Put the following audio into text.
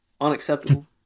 unacceptable